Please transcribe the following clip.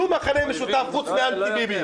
שום מכנה משותף חוץ מאנטי ביבי.